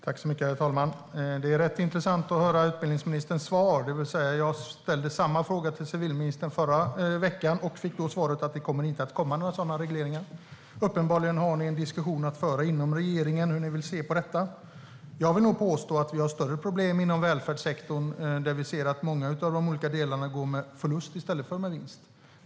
Herr talman! Det är rätt intressant att höra utbildningsministerns svar. Jag ställde samma fråga till civilministern förra veckan och fick då svaret att det inte kommer att komma några sådana regleringar. Uppenbarligen har ni en diskussion att föra inom regeringen om hur ni vill se på detta. Jag vill nog påstå att vi har större problem inom välfärdssektorn där vi ser att många av de olika delarna går med förlust i stället för med vinst.